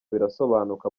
birasobanuka